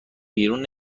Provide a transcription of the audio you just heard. بیرون